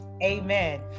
amen